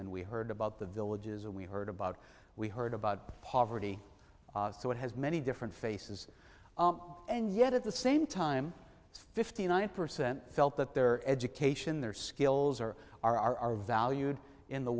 and we heard about the villages and we heard about we heard about poverty so it has many different faces and yet at the same time fifty nine percent felt that their education their skills or are valued in the